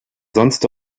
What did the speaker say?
sonst